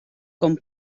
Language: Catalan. com